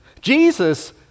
Jesus